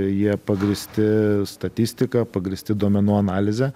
jie pagrįsti statistika pagrįsti duomenų analize